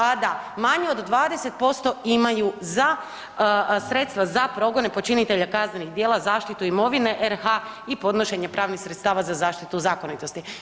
A da manje od 20% imaju za sredstva za progone počinitelja kaznenih djela, zaštitu imovine RH i podnošenje pravnih sredstava za zaštitu zakonitosti.